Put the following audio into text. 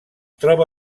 troba